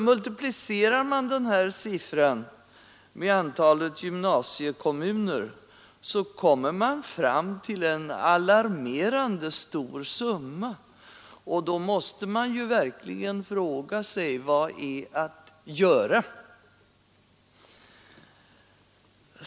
Multiplicerar man den siffran med antalet gymnasiekommuner, kommer man fram till en alarmerande stor summa, och då måste man verkligen fråga sig: Vad är att göra?